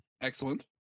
Excellent